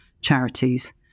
charities